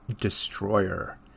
Destroyer